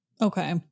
Okay